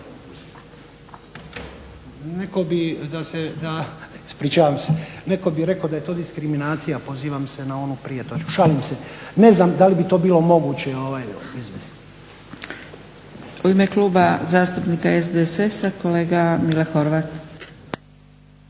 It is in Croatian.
Netko bi rekao da je to diskriminacija, pozivam se na onu prije točku. Šalim se. Ne znam da li bi to bilo moguće izvesti. **Zgrebec, Dragica (SDP)** U ime Kluba zastupnika SDSS-a kolega Mile Horvat.